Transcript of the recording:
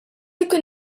jkun